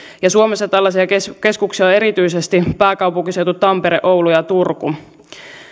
suomessa tällaisia keskuksia ovat erityisesti pääkaupunkiseutu tampere oulu ja turku